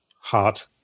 heart